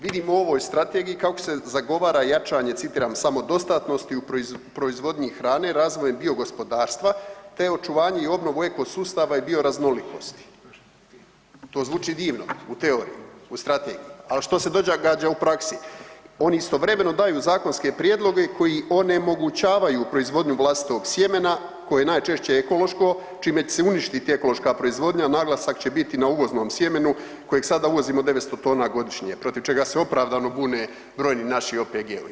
Vidim u ovoj strategiji kako se zagovara jačanje citiram „samodostatnost u proizvodnji hrane razvojem bio gospodarstva te očuvanje i obnovu eko sustava i bio raznolikosti“, to zvuči divno u teoriji u strategiji, ali što se događa u praksi, oni istovremeno daju zakonske prijedloge koji onemogućavaju proizvodnju vlastitog sjemena koje je najčešće ekološko čime će se uništiti ekološka proizvodnja, a naglasak će biti na uvoznom sjemenu kojeg sada uvozimo 900 tona godišnje protiv čega se opravdano bune brojni naši OPG-ovi.